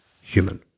human